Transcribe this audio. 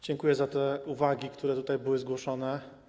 Dziękuję za te uwagi, które tutaj były zgłoszone.